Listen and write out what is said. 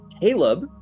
caleb